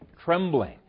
trembling